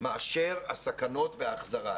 מאשר הסכנות בהחזרה.